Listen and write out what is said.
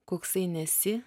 koksai nesi